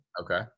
Okay